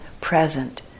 present